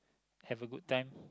have a good time